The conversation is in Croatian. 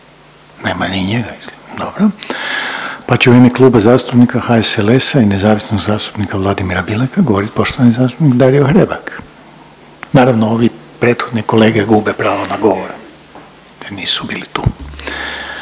nema ni njega, dobro, pa će u ime Kluba zastupnika HSLS-a i nezavisnog zastupnika Vladimira Bileka govoriti poštovani zastupnik Dario Hrebak, naravno ovi prethodni kolege gube pravo na govor jer nisu bili tu.